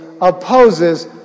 opposes